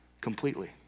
completely